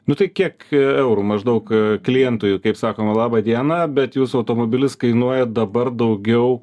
nu tai kiek eurų maždaug klientui kaip sakoma laba diena bet jūsų automobilis kainuoja dabar daugiau